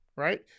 Right